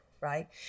right